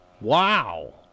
Wow